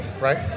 right